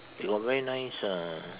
got very nice um